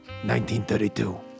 1932